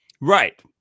right